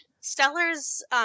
Stellar's –